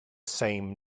same